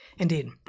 Indeed